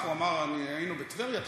הוא אמר: היינו בטבריה.